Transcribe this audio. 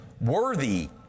worthy